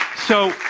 so,